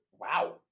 Wow